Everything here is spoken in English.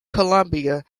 columbia